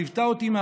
שליוותה אותי,